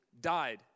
died